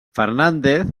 fernández